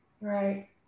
right